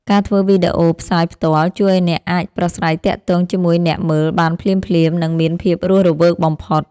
ការធ្វើវីដេអូផ្សាយផ្ទាល់ ជួយឱ្យអ្នកអាចប្រាស្រ័យទាក់ទងជាមួយអ្នកមើលបានភ្លាមៗ និងមានភាពរស់រវើកបំផុត។